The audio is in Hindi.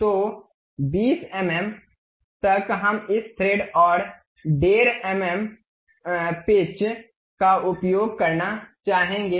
तो 20 एम एम तक हम इस थ्रेड और 15 एम एम पिच का उपयोग करना चाहेंगे